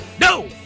No